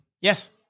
Yes